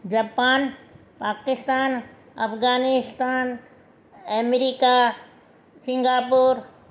Japan Pakistan Afghanistan America Singapore